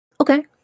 Okay